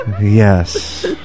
Yes